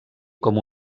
com